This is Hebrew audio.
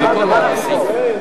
נגד?